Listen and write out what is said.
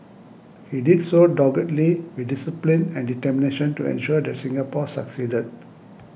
he did so doggedly with discipline and determination to ensure that Singapore succeeded